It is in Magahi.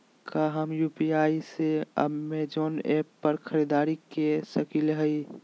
का हम यू.पी.आई से अमेजन ऐप पर खरीदारी के सकली हई?